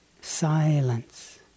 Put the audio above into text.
silence